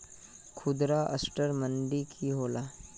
खुदरा असटर मंडी की होला?